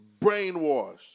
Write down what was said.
brainwashed